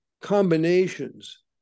combinations